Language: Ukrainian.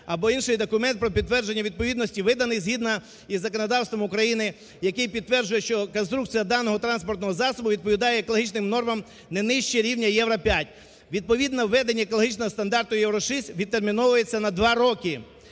або інший документ про підтвердження відповідності, виданий згідно із законодавством України, який підтверджує, що конструкція даного транспортного засобу відповідає екологічним нормам не нижче рівня "Євро-5". Відповідно введення екологічного стандарту "Євро-6" відтерміновується на два роки.